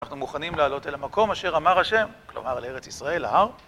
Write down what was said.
אנחנו מוכנים לעלות אל המקום אשר אמר השם, כלומר לארץ ישראל, ההר.